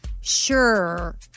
Sure